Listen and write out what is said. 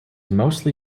mostly